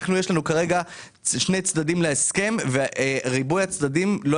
יש לנו כרגע שני צדדים להסכם וריבוי הצדדים לא